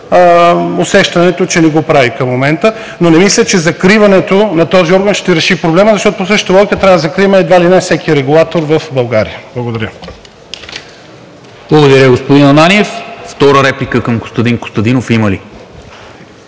Усещането е, че не го прави към момента, но не мисля, че закриването на този орган ще реши проблема, защото по същата логика трябва да закрием едва ли не всеки регулатор в България. Благодаря. ПРЕДСЕДАТЕЛ НИКОЛА МИНЧЕВ: Благодаря, господин Ананиев. Втора реплика към Костадин Костадинов има ли?